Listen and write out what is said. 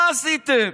מה עשיתם?